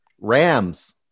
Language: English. Rams